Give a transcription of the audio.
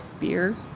beer